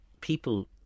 people